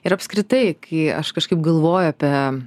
ir apskritai kai aš kažkaip galvoju apie